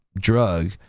drug